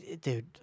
Dude